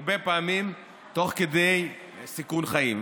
הרבה פעמים תוך כדי סיכון חיים.